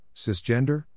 Cisgender